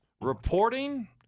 reporting